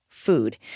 food